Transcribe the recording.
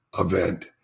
event